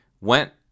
went